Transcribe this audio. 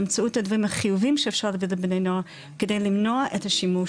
באמצעות הדברים החיוביים שאפשר לדבר עם בני נוער כדי למנוע את השימוש